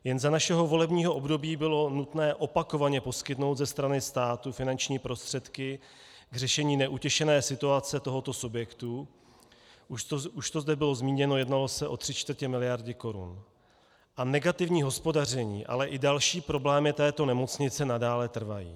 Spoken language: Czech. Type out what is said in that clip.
Jen za našeho volebního období bylo nutné opakovaně poskytnout ze strany státu finanční prostředky k řešení neutěšené situace tohoto subjektu, už to zde bylo zmíněno, jednalo se o tři čtvrtě miliardy korun, a negativní hospodaření, ale i další problémy této nemocnice nadále trvají.